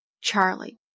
Charlie